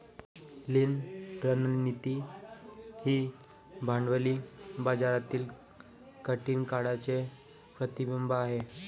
लीन रणनीती ही भांडवली बाजारातील कठीण काळाचे प्रतिबिंब आहे